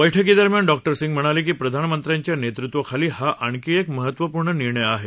बैठकीदरम्यान डॉक्टर सिंग म्हणाले की प्रधानमंत्र्यांच्या नेतृत्वाखाली हा आणखी एक महत्त्वपूर्ण निर्णय होता